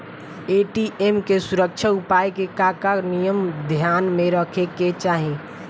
ATM के सुरक्षा उपाय के का का नियम ध्यान में रखे के चाहीं?